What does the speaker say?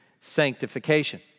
sanctification